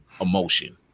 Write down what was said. emotion